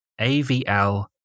AVL